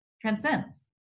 transcends